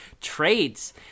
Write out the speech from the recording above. traits